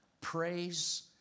praise